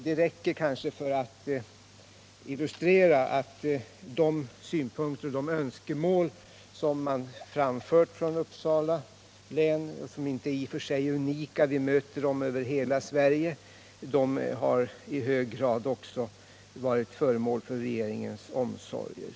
Detta kanske räcker för att illustrera att de synpunkter och önskemål som framförts från Uppsala län — de är i och för sig inte unika, utan vi möter dem över hela Sverige — i hög grad har varit föremål för regeringens omsorger.